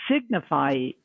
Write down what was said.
signify